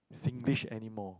Singlish anymore